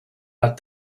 but